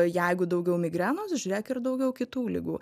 jeigu daugiau migrenos žiūrėk ir daugiau kitų ligų